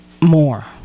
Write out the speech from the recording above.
more